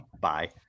Bye